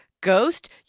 Ghost